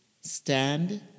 stand